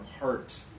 heart